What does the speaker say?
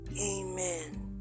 amen